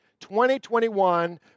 2021